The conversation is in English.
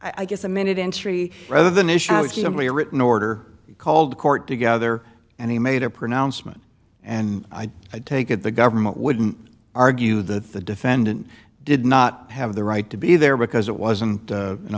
that i guess a minute entry rather than issue a written order called court together and he made a pronouncement and i take it the government wouldn't argue that the defendant did not have the right to be there because it wasn't a